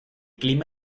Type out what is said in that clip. clima